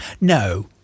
No